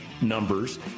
numbers